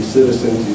Citizens